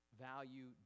value